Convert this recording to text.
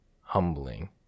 humbling